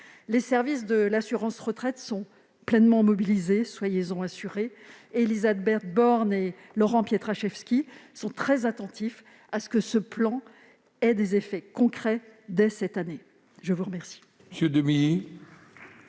Les services de l'assurance retraite sont pleinement mobilisés, soyez-en assurés. Élisabeth Borne et Laurent Pietraszewski sont très attentifs à ce que ce plan ait des effets concrets dès cette année. La parole